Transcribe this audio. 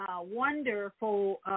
wonderful